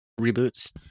reboots